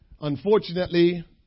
Unfortunately